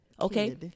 Okay